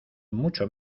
mucho